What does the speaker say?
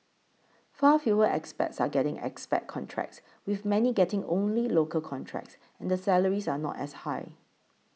far fewer expats are getting expat contracts with many getting only local contracts and the salaries are not as high